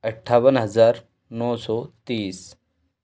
अट्ठावन हज़ार नौ सौ तीस